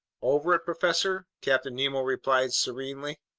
over it, professor? captain nemo replied serenely.